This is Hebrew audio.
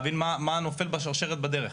כדי להבין מה רף הענישה ולהבין מה נופל בשרשרת בדרך.